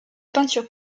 peinture